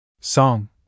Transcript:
Song